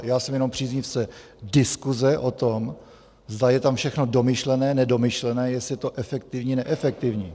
Já jsem jenom příznivcem diskuse o tom, zda je tam všechno domyšlené, nedomyšlené, jestli je to efektivní, neefektivní.